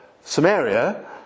Samaria